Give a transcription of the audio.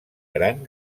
gran